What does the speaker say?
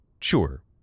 sure